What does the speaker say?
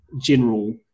general